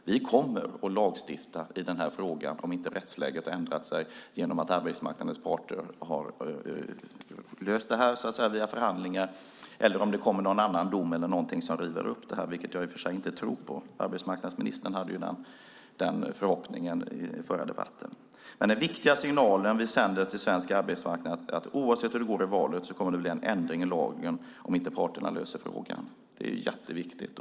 Vi kommer att lagstifta i denna fråga om inte rättsläget har ändrat sig. Det kan ändra sig genom att arbetsmarknadens parter löser detta via förhandlingar eller genom att det kommer någon annan dom eller någonting som river upp detta. Jag tror i och för sig inte det, även om arbetsmarknadsministern hade den förhoppningen i den förra debatten. Den viktiga signal vi sänder till svensk arbetsmarknad är dock att det oavsett hur det går i valet kommer att bli en ändring i lagen om inte parterna löser frågan. Det är jätteviktigt.